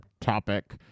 topic